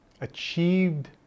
achieved